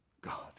God